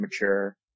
mature